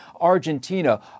Argentina